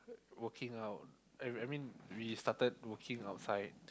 working out I I mean we started working out five